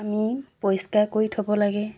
আমি পৰিষ্কাৰ কৰি থ'ব লাগে